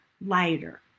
lighter